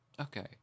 okay